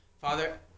father